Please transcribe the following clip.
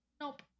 Nope